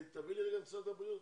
משרד הבריאות.